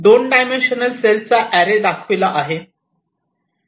2 dimensional सेलचा array दाखवला आहे